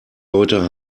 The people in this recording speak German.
leute